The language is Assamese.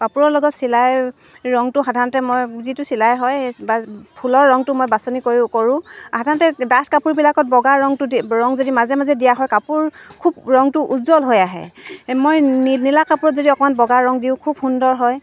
কাপোৰৰ লগত চিলাই ৰংটো সাধাৰণতে মই যিটো চিলাই হয় সেই বা ফুলৰ ৰংটো মই বাচনি কৰি কৰোঁ সাধাৰণতে ডাঠ কাপোৰবিলাকত বগা ৰংটো দি ৰং যদি মাজে মাজে দিয়া হয় কাপোৰ খুব ৰংটো উজ্জ্বল হৈ আহে মই নীলা কাপোৰত যদি অকণমান বগা ৰং দিওঁ খুব সুন্দৰ হয়